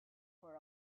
for